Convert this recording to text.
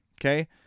okay